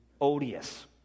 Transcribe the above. odious